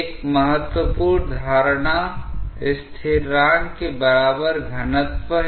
एक महत्वपूर्ण धारणा स्थिरांक के बराबर घनत्व है